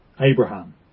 Abraham